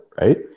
right